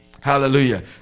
Hallelujah